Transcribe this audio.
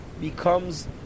becomes